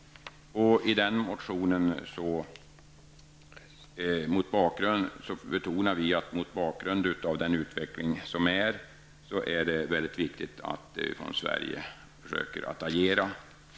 I den motionen betonar vi att det mot bakgrund av den utveckling som pågår är väldigt viktigt att vi från Sverige försöker agera.